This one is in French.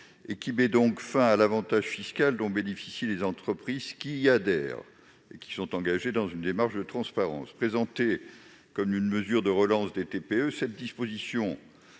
et met donc fin à l'avantage fiscal dont bénéficient les entreprises qui y adhèrent, engagées dans une démarche de transparence. Présentée comme une mesure de relance des TPE, cette disposition